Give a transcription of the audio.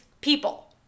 people